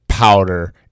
powder